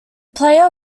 player